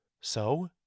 So